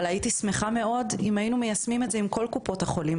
אבל הייתי שמחה אם היינו מיישמים את זה עם כל קופות החולים,